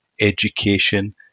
education